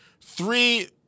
three